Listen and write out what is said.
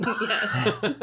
Yes